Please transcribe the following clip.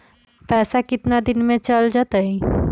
पैसा कितना दिन में चल जतई?